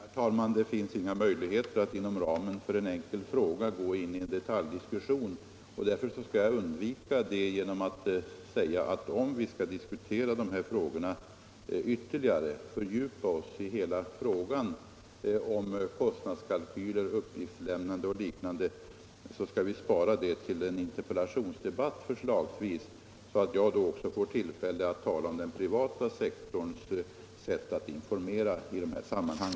Herr talman! Det finns inga möjligheter att inom ramen för en fråga gå in i en detaljdiskussion. Jag skall undvika det genom att säga att vill vi fördjupa oss i hela frågan om kostnadskalkyler, uppgiftslämnande och liknande, skall vi spara det till förslagsvis en interpellationsdebatt, så att jag också får tillfälle att tala om den privata sektorns sätt att informera i dessa sammanhang.